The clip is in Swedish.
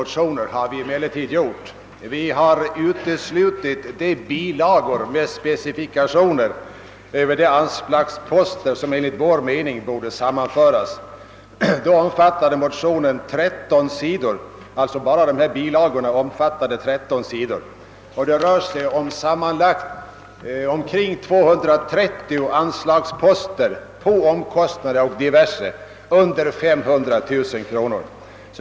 tioner har vi emellertid gjort. Vi har uteslutit bilagorna med specifikationer över de anslagsposter som enligt vår mening borde sammanföras. Enbart dessa bilagor omfattade tretton sidor. Det rörde sig om sammanlagt omkring 230 anslagsposter »Omkostnader» och »Diverse utgifter» under 500000 kronor.